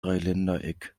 dreiländereck